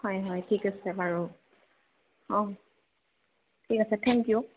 হয় হয় ঠিক আছে বাৰু অঁ ঠিক আছে থেংক ইউ